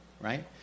right